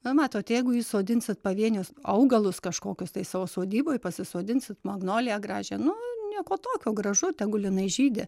na matot jeigu jūs sodinsit pavienius augalus kažkokius tai savo sodyboj pasisodinsit magnoliją gražią nu nieko tokio gražu tegul jinai žydi